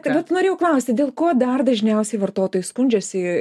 vat norėjau klausti dėl ko dar dažniausiai vartotojai skundžiasi